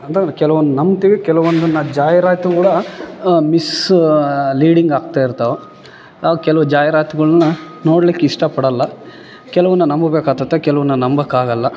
ಅಂದರೆ ಕೆಲ್ವೋಂದ್ ನಂಬ್ತೀವಿ ಕೆಲೊವೊಂದನ್ನು ಜಾಹಿರಾತು ಕೂಡ ಮಿಸ್ಲೀಡಿಂಗ್ ಆಗ್ತಾ ಇರ್ತವ ಕೆಲವು ಜಾಹಿರಾತುಗುಳನ್ನ ನೋಡ್ಲಿಕ್ಕೆ ಇಷ್ಟ ಪಡಲ್ಲ ಕೆಲೋವನ್ನ ನಂಬಬೇಕು ಆಗ್ತೈತೆ ಕೆಲೋವನ್ನ ನಂಬಕ್ಕೆ ಆಗಲ್ಲ